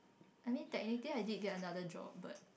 I mean technically I did get another job but